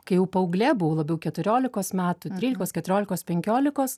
kai jau paauglė buvau labiau keturiolikos metų trylikos keturiolikos penkiolikos